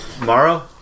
Mara